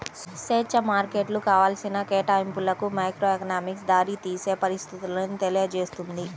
స్వేచ్ఛా మార్కెట్లు కావాల్సిన కేటాయింపులకు మైక్రోఎకనామిక్స్ దారితీసే పరిస్థితులను తెలియజేస్తుంది